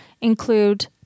include